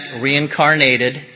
reincarnated